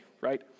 right